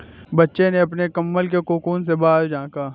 बच्चे ने अपने कंबल के कोकून से बाहर झाँका